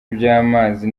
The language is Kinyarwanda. by’amazi